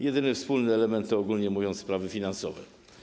Jedyny wspólny element stanowią, ogólnie mówiąc, sprawy finansowe.